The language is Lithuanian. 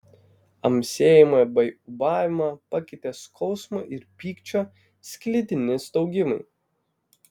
amsėjimą bei ūbavimą pakeitė skausmo ir pykčio sklidini staugimai